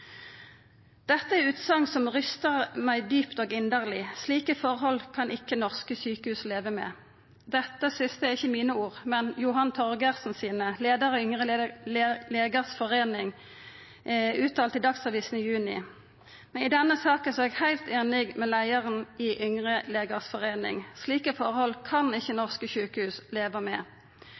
er utsagn som ryster meg dypt og inderlig. Slike forhold kan ikke norske sykehus leve med.» Dette er ikkje mine ord, men Johan Torgersen sine, leiar i Yngre legers forening, som uttalte dette i Dagsavisen i juni. I denne saka er eg heilt einig med leiaren i Yngre legers forening. Slike forhold kan ikkje norske sjukehus leva med.